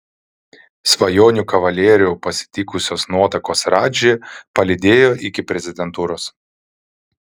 svajonių kavalierių pasitikusios nuotakos radžį palydėjo iki prezidentūros